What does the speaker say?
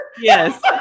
Yes